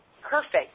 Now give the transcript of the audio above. perfect